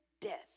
death